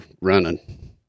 running